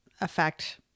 effect